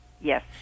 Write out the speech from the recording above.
Yes